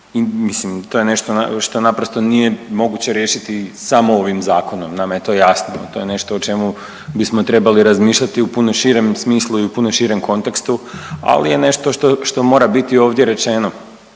to je nešto što naprosto nije moguće riješiti samo ovom zakonom nama je to jasno, to je nešto o čemu bismo trebali razmišljati u puno širem smislu i u puno širem kontekstu, ali je nešto što mora biti ovdje rečeno.